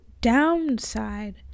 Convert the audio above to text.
downside